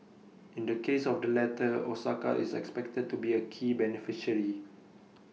in the case of the latter Osaka is expected to be A key beneficiary